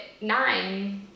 nine